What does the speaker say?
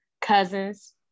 cousins